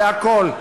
בכול,